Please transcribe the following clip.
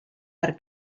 per